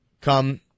come